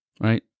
right